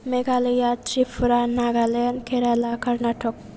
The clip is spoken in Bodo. मेघालया त्रिपुरा नागालेण्ड केराला कर्नाटक